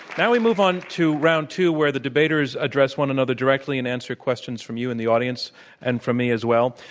now we move on to round two where the debaters address one another directly and answer questions from you in the audience and from me as well.